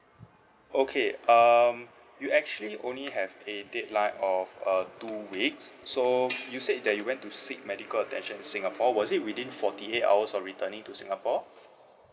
okay um you actually only have a date line of a two weeks so if you said that you went to seek medical attention in singapore was it within forty eight hours of returning to singapore